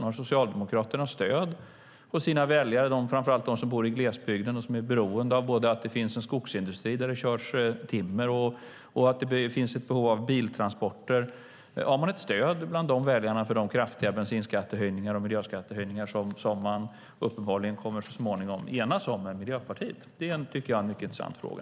Huruvida Socialdemokraterna får stöd av sina väljare - det gäller framför allt de som bor i glesbygden och är beroende både av att det finns en skogsindustri där det körs timmer och av biltransporter - för de kraftiga bensinskattehöjningar och miljöskattehöjningar man uppenbarligen så småningom kommer att enas med Miljöpartiet om tycker jag är en mycket intressant fråga.